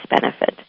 benefit